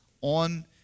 on